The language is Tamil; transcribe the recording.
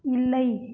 இல்லை